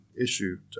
issue